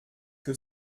que